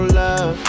love